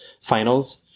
finals